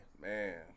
Man